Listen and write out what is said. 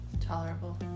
tolerable